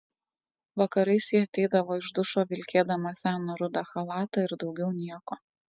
vakarais ji ateidavo iš dušo vilkėdama seną rudą chalatą ir daugiau nieko